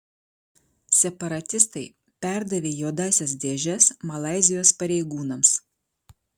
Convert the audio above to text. separatistai perdavė juodąsias dėžes malaizijos pareigūnams